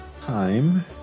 time